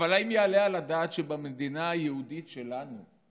אבל האם יעלה על הדעת שבמדינה היהודית שלנו,